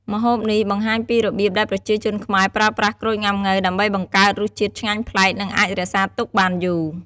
ម្ហូបនេះបង្ហាញពីរបៀបដែលប្រជាជនខ្មែរប្រើប្រាស់ក្រូចងុាំង៉ូវ ដើម្បីបង្កើតរសជាតិឆ្ងាញ់ប្លែក និងអាចរក្សាទុកបានយូរ។